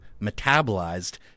metabolized